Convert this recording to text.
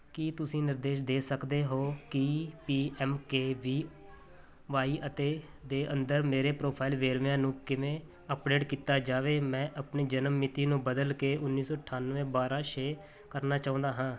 ਕੀ ਤੁਸੀਂ ਨਿਰਦੇਸ਼ ਦੇ ਸਕਦੇ ਹੋ ਕਿ P M K V Y ਅਤੇ ਦੇ ਅੰਦਰ ਮੇਰੇ ਪ੍ਰੋਫਾਈਲ ਵੇਰਵਿਆਂ ਨੂੰ ਕਿਵੇਂ ਅੱਪਡੇਟ ਕੀਤਾ ਜਾਵੇ ਮੈਂ ਆਪਣੀ ਜਨਮ ਮਿਤੀ ਨੂੰ ਬਦਲ ਕੇ ਉੱਨੀ ਸੌ ਅਠਾਨਵੇਂ ਬਾਰ੍ਹਾਂ ਛੇ ਕਰਨਾ ਚਾਹੁੰਦਾ ਹਾਂ